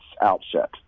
outset